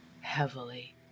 heavily